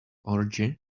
orgy